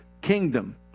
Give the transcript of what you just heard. kingdom